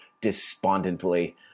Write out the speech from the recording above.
despondently